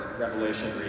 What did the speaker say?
Revelation